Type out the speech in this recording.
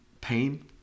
pain